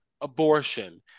abortion